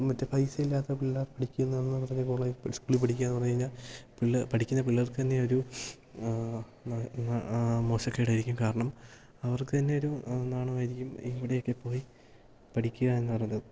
മറ്റേ പൈസ ഇല്ലാത്ത പിള്ളേർ പഠിക്കുന്നതെന്നു പറഞ്ഞാല് കോളേജ് സ്കൂളില് പഠിക്കുകയെന്നു പറഞ്ഞുകഴിഞ്ഞാല് പഠിക്കുന്ന പിള്ളേർക്ക് തന്നെ ഒരു മോശക്കേടായിരിക്കും കാരണം അവർക്കു തന്നെ ഒരു നാണമായിരിക്കും ഇവിടെയൊക്കെ പോയി പഠിക്കുക എന്നു പറയുന്നത്